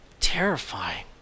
terrifying